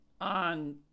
on